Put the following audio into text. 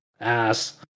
ass